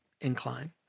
incline